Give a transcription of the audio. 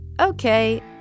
okay